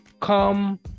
Come